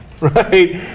Right